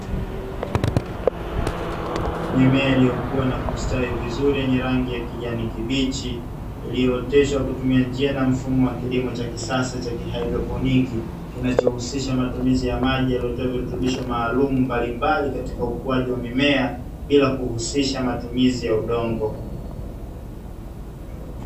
Mimea iliyokua na kustawi vizuri yenye rangi ya kijani kibichi, iliyooteshwa kwa kutumia njia na mfumo wa kilimo cha kisasa cha kihaidroponi, kinachohusisha matumizi ya maji yaliyotiwa virutubisho maalumu mbalimbali katika ukuaji wa mimea, bila kuhusisha matumizi ya udongo.